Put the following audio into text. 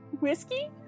Whiskey